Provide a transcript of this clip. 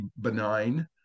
benign